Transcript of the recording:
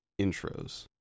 intros